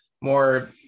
more